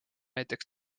näiteks